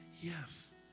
yes